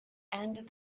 and